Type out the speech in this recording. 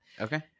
okay